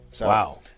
Wow